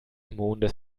mondes